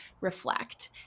reflect